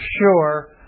sure